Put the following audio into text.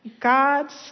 God's